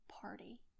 party